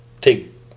take